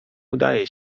udaje